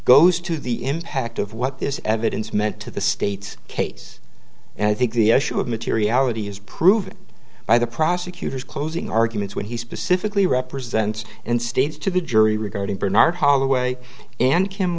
goes to the impact of what this evidence meant to the state's case and i think the issue of materiality is proven by the prosecutor's closing arguments when he specifically represents and states to the jury regarding bernard holloway and kim